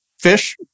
Fish